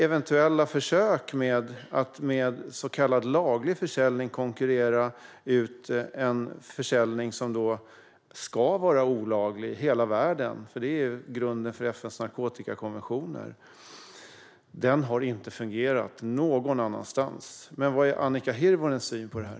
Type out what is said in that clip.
Eventuella försök att med så kallad laglig försäljning konkurrera ut en försäljning som ska vara olaglig i hela världen, vilket är grunden för FN:s narkotikakonventioner, har inte fungerat någon annanstans. Vad är Annika Hirvonen Falks syn på det här?